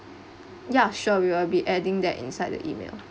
ya sure we will be adding that inside the email